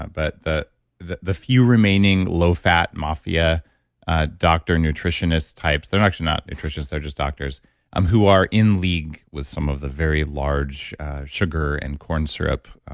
but the the few remaining low-fat mafia doctor nutritionist types, they're actually not nutritionists. they're just doctors um who are in league with some of the very large sugar and corn syrup,